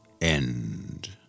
End